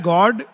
God